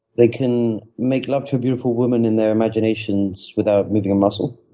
they can make love to a beautiful woman in their imaginations without moving a muscle.